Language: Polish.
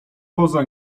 poza